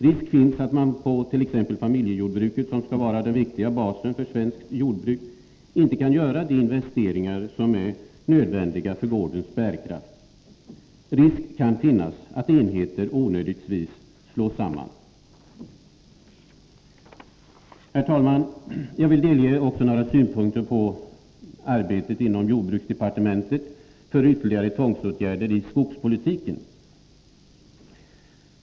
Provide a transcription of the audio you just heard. Risk finns att man på t.ex. familjejordbruket, som skall vara den viktiga basen för svenskt jordbruk, inte kan göra de investeringar som är nödvändiga för gårdens bärkraft. Risk finns att enheter onödigtvis slås samman. Herr talman! Jag vill delge några synpunkter på arbetet inom jordbruksdepartementet för ytterligare tvångsåtgärder i skogspolitiken.